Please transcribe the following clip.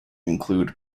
include